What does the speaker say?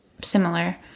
similar